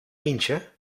eendje